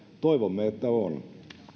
toivomme että on